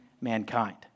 mankind